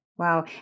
Wow